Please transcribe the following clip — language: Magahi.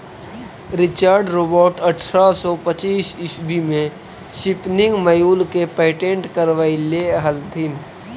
रिचर्ड रॉबर्ट अट्ठरह सौ पच्चीस ईस्वी में स्पीनिंग म्यूल के पेटेंट करवैले हलथिन